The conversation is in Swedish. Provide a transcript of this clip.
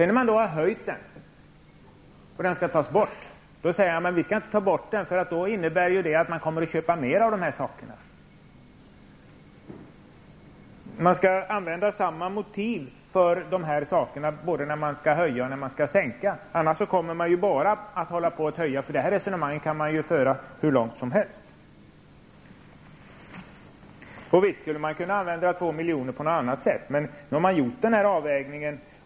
När man väl har höjt avgiften och den skall tas bort, säger man att den inte kan tas bort eftersom det kommer att innebära att det kommer att köpas mer av dessa produkter. Man skall använda samma motiv både när man skall höja och sänka, annars blir det bara fråga om höjningar. Det här resonemanget kan föras hur långt som helst. Visst skulle man kunna använda 200 miljoner på något annat sätt, men nu har man gjort den här avvägningen.